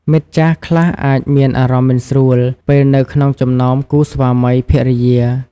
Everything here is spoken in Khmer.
មិត្តចាស់ខ្លះអាចមានអារម្មណ៍មិនស្រួល ពេលនៅក្នុងចំណោមគូស្វាមីភរិយា។